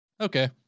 Okay